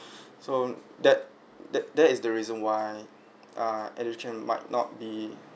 so that that that that is the reason why err education might not be